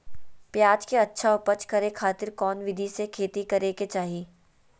प्याज के अच्छा उपज करे खातिर कौन विधि से खेती करे के चाही?